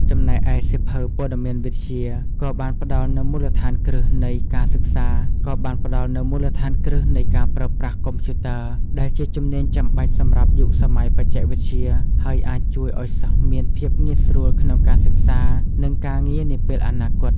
ចំណែកឯសៀវភៅ ព័ត៌មានវិទ្យា ក៏បានផ្ដល់នូវមូលដ្ឋានគ្រឹះនៃការប្រើប្រាស់កុំព្យូទ័រ ដែលជាជំនាញចាំបាច់សម្រាប់យុគសម័យបច្ចេកវិទ្យា ហើយអាចជួយឱ្យសិស្សមានភាពងាយស្រួលក្នុងការសិក្សា និងការងារនាពេលអនាគត។